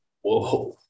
Whoa